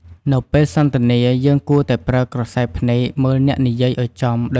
នៅពេលសន្ទនាយើងគួរតែប្រើក្រសែភ្នែកមើលអ្នកនិយាយឲ្យចំដោយយកចិត្តទុកដាក់ជៀសវាងការមើលឆ្វេងស្តាំឬមិន ផ្តោតអារម្មណ៍ពេលគេនិយាយ។